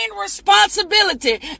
responsibility